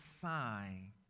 sign